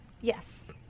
yes